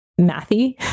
mathy